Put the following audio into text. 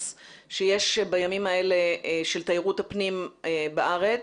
שיש בימים האלה של תיירות הפנים בארץ,